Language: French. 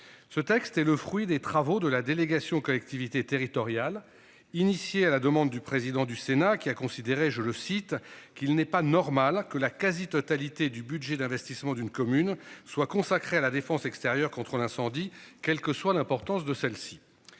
Ce texte est le fruit des travaux de la délégation aux collectivités territoriales initiée à la demande du président du Sénat qui a considéré je le cite, qu'il n'est pas normal que la quasi-totalité du budget d'investissement d'une commune soit consacré à la défense extérieure contre l'incendie. Quelle que soit l'importance de celle-ci.